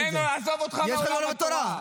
עזוב אותך מעולם התורה,